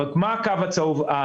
מה אומר הקו האדום?